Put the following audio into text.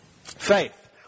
Faith